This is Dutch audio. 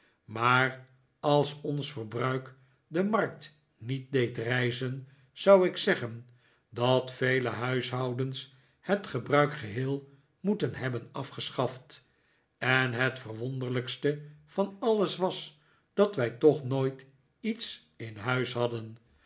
maar als ons verbruik de markt niet deed rijzen zou ik zeggen dat vele huishoudens het gebruik geheel moeten hebben afgeschaft en het verwonderlijkste van alles was dat wij toch nooit iets in huis hadden